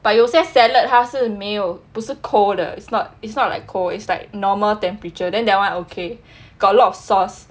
but 有些 salad 他是没有不是 cold 的 it's not it's not like cold it's like normal temperature then that one okay got lot of sauce